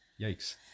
Yikes